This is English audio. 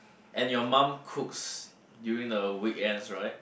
and your mum cooks during the weekends right